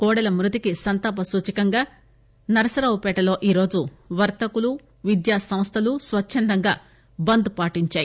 కోడెల మృతికి సంతాప సూచికగా నర్సారావుపేటలో ఈరోజు వర్తకులు విద్యా సంస్లలు స్వచ్చందంగా బంద్ పాటించాయి